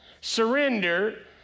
surrender